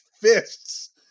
fists